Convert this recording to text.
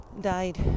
died